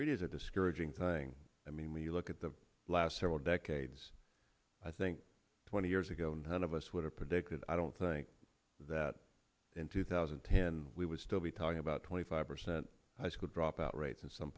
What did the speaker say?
really is a discouraging thing i mean when you look at the last several decades i think twenty years ago none of us would have predicted i don't think that in two thousand and ten we would still be talking about twenty five percent high school dropout rates in some